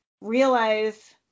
realize